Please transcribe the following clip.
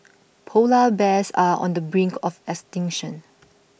Polar Bears are on the brink of extinction